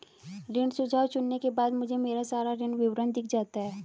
ऋण सुझाव चुनने के बाद मुझे मेरा सारा ऋण विवरण दिख जाता है